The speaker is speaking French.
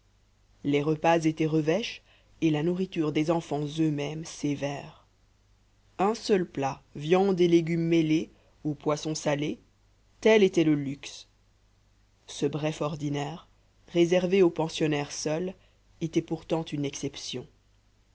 les repas étaient revêches et la nourriture des enfants eux-mêmes sévère un seul plat viande et légumes mêlés ou poisson salé tel était le luxe ce bref ordinaire réservé aux pensionnaires seules était pourtant une exception